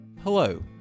Hello